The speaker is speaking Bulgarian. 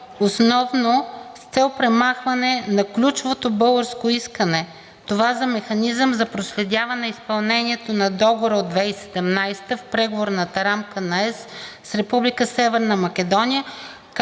основно с цел премахване на ключовото българско искане – това за механизъм за проследяване изпълнението на Договора от 2017 г. в преговорната рамка на ЕС с Република